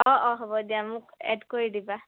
অঁ অঁ হ'ব দিয়া মোক এড কৰি দিবা